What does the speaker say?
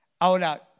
ahora